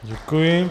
Děkuji.